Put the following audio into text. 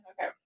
okay